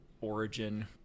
origin